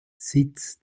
sitz